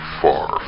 far